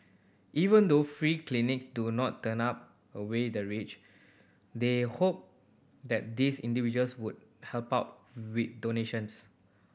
even though free clinics do not turn up away the rich they hope that these individuals would help out with donations